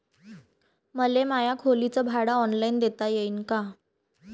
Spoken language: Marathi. मले माया खोलीच भाड ऑनलाईन देता येईन का?